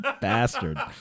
bastard